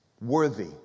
worthy